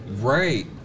right